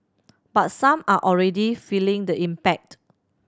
but some are already feeling the impact